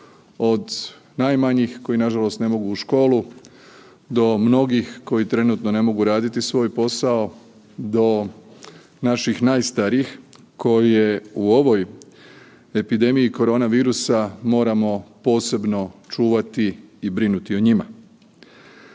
od najmlađih koji nažalost ne mogu u školu do mnogih koji trenutno ne mogu raditi svoj posao do naših najstarijih koje u ovoj epidemiji korona virusa moramo posebno čuvati i brinuti o njima.